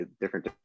different